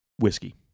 whiskey